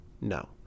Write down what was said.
No